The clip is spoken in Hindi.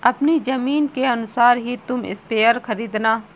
अपनी जमीन के अनुसार ही तुम स्प्रेयर खरीदना